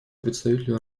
представителю